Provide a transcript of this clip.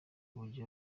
uburyo